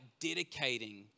dedicating